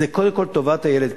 זה קודם כול טובת הילד,